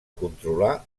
controlar